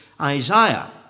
Isaiah